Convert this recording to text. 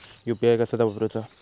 UPI कसा वापरूचा?